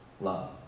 love